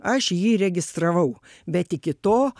aš jį registravau bet iki to